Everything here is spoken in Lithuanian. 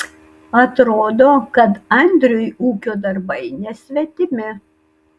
atrodo kad andriui ūkio darbai nesvetimi